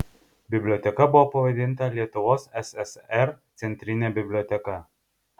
biblioteka buvo pavadinta lietuvos ssr centrine biblioteka